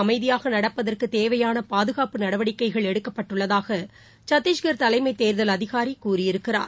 அமைதியாகநடப்பதற்குதேவையானபாதுகாப்பு வாக்குப்பதிவு நடவடிக்கைகள் எடுக்கப்பட்டுள்ளதாகசட்டீஸ்கர் தலைமைதேர்தல் அதிகாரிகூறியிருக்கிறார்